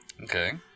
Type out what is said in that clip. Okay